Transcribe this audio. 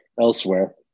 elsewhere